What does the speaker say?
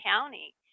county